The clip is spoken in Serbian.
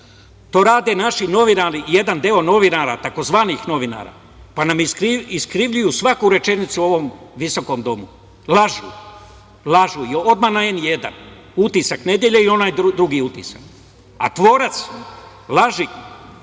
To rade naši novinari, jedan deo novinara, tzv. novinara, pa nam iskrivljuju svaku rečenicu u ovom visokom Domu, lažu. Obmana „N1“, „Utisak nedelje“ i onaj drugi utisak. Tvorac laži,